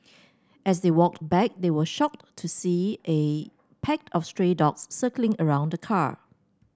as they walked back they were shocked to see A pack of stray dogs circling around the car